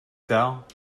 tard